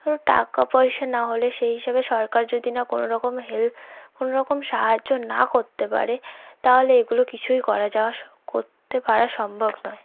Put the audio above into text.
ধরো টাকাপয়সা না হলে সেই হিসেবে সরকার যদি না কোনওরকম হেল্প কোনওরকম সাহায্য না করতে পারে তাহলে এগুলো কিছুই করা যাওয়া করতে পারা সম্ভব নয়